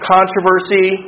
Controversy